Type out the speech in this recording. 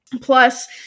Plus